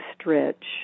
stretch